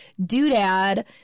doodad